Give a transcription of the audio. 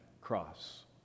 cross